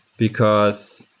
because